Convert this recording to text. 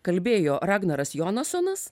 kalbėjo ragnaras jonasonas